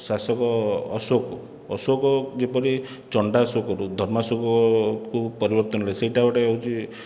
ଶାସକ ଅଶୋକ ଅଶୋକ ଯେପରି ଚଣ୍ଡାଶୋକରୁ ଧର୍ମାଶୋକକୁ ପରିବର୍ତ୍ତନ ହେଲେ ସେଇଟା ଗୋଟିଏ ହେଉଛି